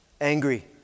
angry